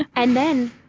and then,